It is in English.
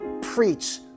preach